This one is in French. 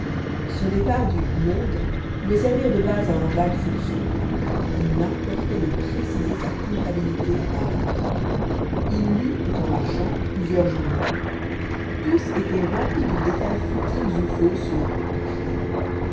son départ du monde pouvait servir de base à un vague soupçon il importait de préciser sa culpabilité apparente il lut tout en marchant plusieurs journaux tous étaient remplis de détails futiles ou faux sur le crime